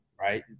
right